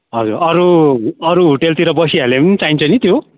हजुर अरू अरू होटलतिर बसिहाल्यो भने पनि चाहिन्छ नि त्यो